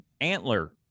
antler